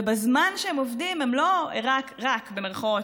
ובזמן שהם עובדים הם לא "רק" במירכאות,